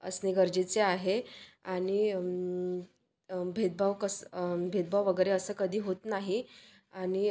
असणे गरजेचे आहे आणि भेदभाव कस् भेदभाव वगैरे असं कधी होत नाही आणि